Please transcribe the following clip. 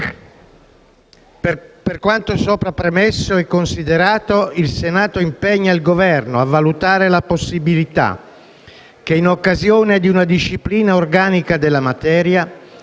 «per quanto sopra premesso e considerato impegna il Governo a valutare la possibilità che, in occasione di una disciplina organica della materia,